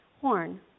horn